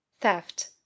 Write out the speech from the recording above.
Theft